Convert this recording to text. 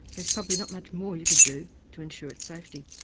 there's probably not much more you could do to ensure its safety.